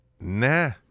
Nah